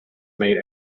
made